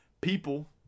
people